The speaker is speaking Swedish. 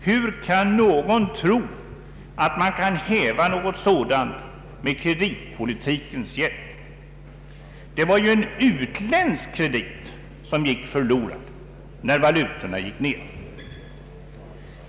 Hur kan någon tro att man kan häva något sådant med kreditpolitikens hjälp? Det var ju en utländsk kredit som gick förlorad när valutorna gick ned.